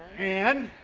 and.